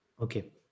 Okay